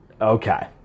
Okay